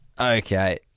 Okay